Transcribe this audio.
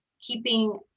keeping